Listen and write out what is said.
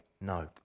no